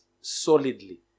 solidly